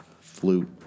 flute